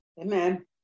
amen